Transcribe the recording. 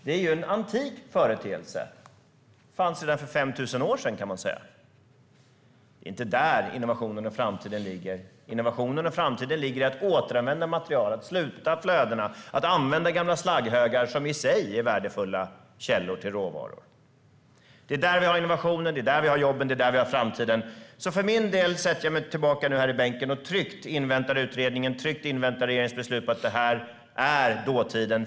Dagbrott är en antik företeelse, kära vänner i riksdagen. Sådana fanns redan för 5 000 år sedan. Det är inte där innovationerna och framtiden finns. Innovationerna och framtiden ligger i att återanvända material, sluta flödena och använda gamla slagghögar som i sig är värdefulla källor till råvaror. Det är där vi har innovationerna, jobben och framtiden. För min del sätter jag mig åter på bänken och inväntar tryggt utredningen och regeringens beslut om att det här är dåtiden.